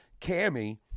cammy